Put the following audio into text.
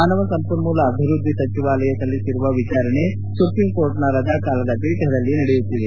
ಮಾನವ ಸಂಪನ್ಮೂಲ ಅಭಿವೃದ್ದಿ ಸಚಿವಾಲಯ ಸಲ್ಲಿಸಿರುವ ವಿಚಾರಣೆ ಸುಪ್ರೀಂ ಕೋರ್ಟ್ನ ರಜಾ ಕಾಲದ ಪೀಠದಲ್ಲಿ ನಡೆಯುತ್ತಿದೆ